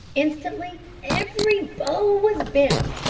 instantly every bow was bent,